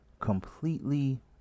completely